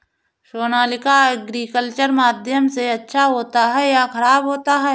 Sonalika agriculture माध्यम से अच्छा होता है या ख़राब होता है?